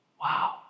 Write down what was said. Wow